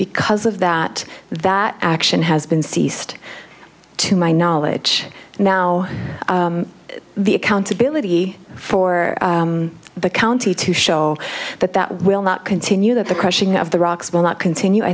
because of that that action has been ceased to my knowledge now the accountability for the county to show that that will not continue that the crushing of the rocks will not continue i